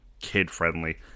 kid-friendly